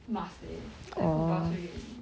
must stay like compulsory ready